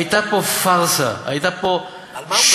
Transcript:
הייתה פה פארסה, היה פה שוד.